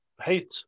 hate